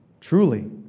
truly